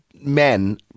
men